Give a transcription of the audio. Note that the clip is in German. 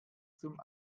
zum